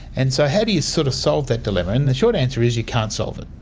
and so how do you sort of solve that dilemma? and the short answer is you can't solve it.